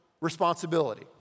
responsibility